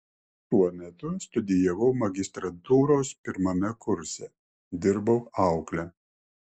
tuo metu studijavau magistrantūros pirmame kurse dirbau aukle